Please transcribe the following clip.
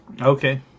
Okay